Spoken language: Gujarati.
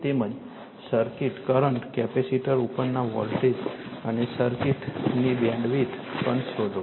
તેમજ સર્કિટ કરંટ કેપેસિટર ઉપરના વોલ્ટેજ અને સર્કિટની બેન્ડવિડ્થ પણ શોધો